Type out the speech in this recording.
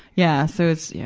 yeah, so it's, yeah